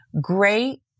great